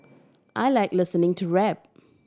I like listening to rap